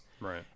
Right